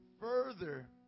further